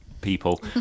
people